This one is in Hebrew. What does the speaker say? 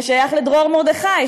הוא שייך לדרור מרדכי,